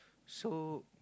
so